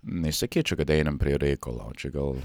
nesikeičia kad einam prie reikalo čia gal